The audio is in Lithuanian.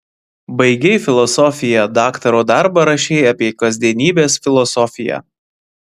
baigei filosofiją daktaro darbą rašei apie kasdienybės filosofiją